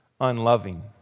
unloving